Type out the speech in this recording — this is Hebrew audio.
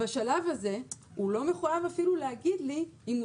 בשלב הזה הוא לא מחויב אפילו להגיד לי אם הוא